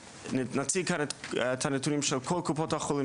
נציג כאן את הנתונים של כל קופות החולים